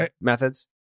methods